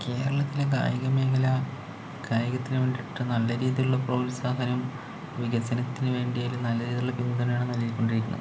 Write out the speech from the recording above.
കേരളത്തിലെ കായികമേഖല കായികത്തിന് വേണ്ടിയിട്ട് നല്ല രീതിയിലുള്ള പ്രോത്സാഹനം വികസനത്തിന് വേണ്ടിയുള്ള നല്ല രീതിയിലുള്ള പിന്തുണയാണ് നല്കിക്കൊണ്ടിരിക്കുന്നത്